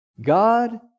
God